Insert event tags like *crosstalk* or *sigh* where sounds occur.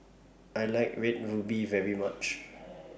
I like Red Ruby very much *noise*